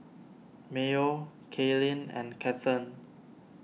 Mayo Kaylyn and Cathern